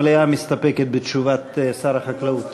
המליאה מסתפקת בתשובת שר החקלאות.